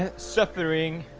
ah suffering,